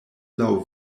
laŭ